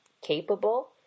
capable